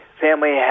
family